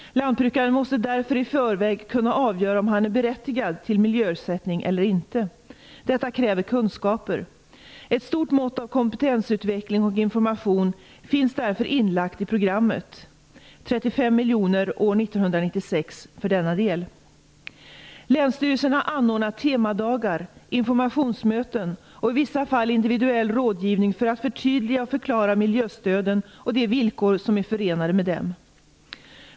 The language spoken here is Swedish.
Lantbrukaren måste därför i förväg kunna avgöra om han är berättigad till miljöersättning eller inte. Detta kräver kunskaper. Ett stort mått av kompetensutveckling och information finns därför inlagt i programmet . Länsstyrelserna anordnar temadagar, informationsmöten och i vissa fall individuell rådgivning för att förtydliga och förklara miljöstöden och de villkor som är förenade med dem.